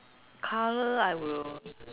colour I will